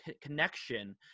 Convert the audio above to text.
connection